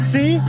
See